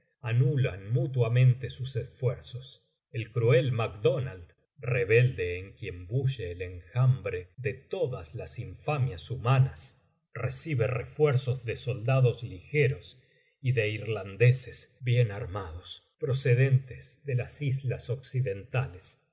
anulan mutuamente sus esfuerzos el cruel macdonald rebelde en quien bulle el enjambre de todas las infamias humanas recibe refuerzos de soldados ligeros y de irlandeses bien armados procedentes de las islas occidentales